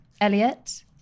Elliot